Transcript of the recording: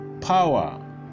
power